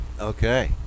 Okay